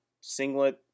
singlet